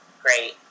Great